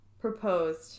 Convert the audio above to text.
proposed